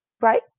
right